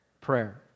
Prayer